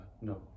no